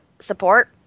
support